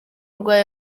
rwa